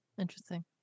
Interesting